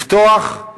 לפתוח,